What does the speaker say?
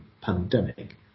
pandemic